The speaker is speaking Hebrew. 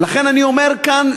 ולכן אני אומר כאן,